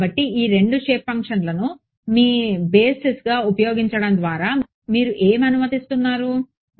కాబట్టి ఈ రెండు షేప్ ఫంక్షన్లను మీ బేసిస్గా ఉపయోగించడం ద్వారా మీరు ఏమి అనుమతిస్తున్నారరు